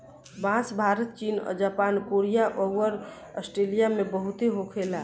बांस भारत चीन Japan Korea अउर आस्ट्रेलिया में बहुते होखे ला